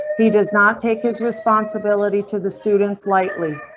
he does not take his responsibility to the student slightly.